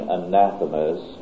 anathemas